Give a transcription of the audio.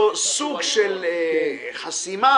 סוג של חסימה,